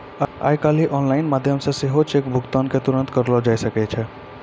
आइ काल्हि आनलाइन माध्यमो से सेहो चेक भुगतान के तुरन्ते रोकलो जाय सकै छै